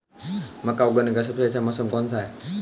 मक्का उगाने का सबसे अच्छा मौसम कौनसा है?